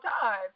time